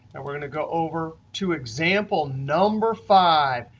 and we're going to go over to example number five.